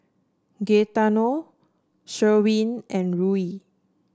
Gaetano Sherwin and Ruie